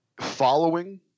Following